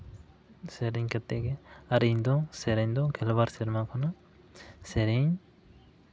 ᱥᱮᱨᱮᱧ ᱠᱟᱛᱮᱫ ᱜᱮ ᱟᱨ ᱤᱧ ᱫᱚ ᱥᱮᱨᱮᱧ ᱫᱚ ᱜᱮᱞᱵᱟᱨ ᱥᱮᱨᱢᱟ ᱠᱷᱚᱱᱟᱜ ᱥᱮᱨᱮᱧ